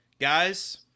Guys